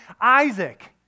Isaac